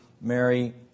Mary